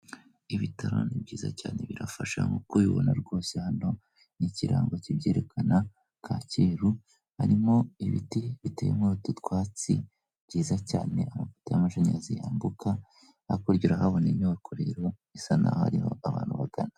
Ibitaro ni byiza cyane birafasha nkuko ubibona rwose hano n'ikirango cy'ibyerekana Kacyiru, harimo ibiti biteye muri utu twatsi byiza cyane, amapoto y'amashanyarazi yambuka, hakurya urahabona inyubako rero, isa n'aho ariho abantu bagana.